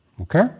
okay